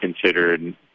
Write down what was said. considered